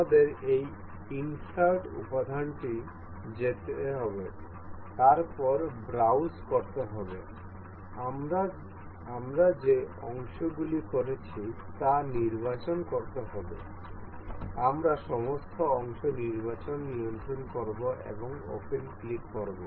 আমাদের এই ইন্সার্ট উপাদানটিতে যেতে হবে তারপর ব্রাউজ করতে হবে আমরা যে অংশগুলি করেছি তা নির্বাচন করতে হবে আমরা সমস্ত অংশ নির্বাচন নিয়ন্ত্রণ করব এবং ওপেন ক্লিক করব